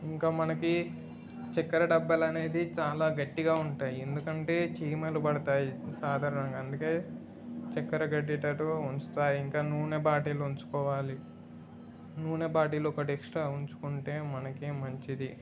ఇంకా మనకి చక్కెర డబ్బాలనేది చాలా గట్టిగా ఉంటాయి ఎందుకంటే చీమలు పడతాయి ఇప్పుడు సాధారణంగా అందుకే చక్కెర గరిటలు ఉంచుతాయి ఇంకా నూనె బాటిల్ ఉంచుకోవాలి నూనె బాటిల్ ఒకటి ఎక్స్ట్రా ఉంచుకుంటే మనకే మంచిది